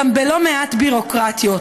גם בלא מעט ביורוקרטיות.